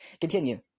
Continue